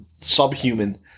subhuman